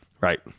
Right